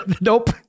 Nope